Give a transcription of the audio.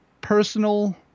personal